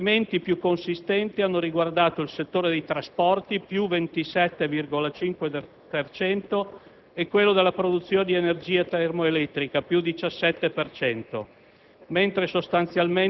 Gli incrementi più consistenti hanno riguardato il settore dei trasporti, più 27,5 per cento, e quello della produzione di energia termoelettrica (più 17